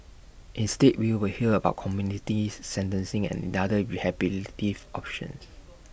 instead we will hear about community sentencing and other rehabilitative options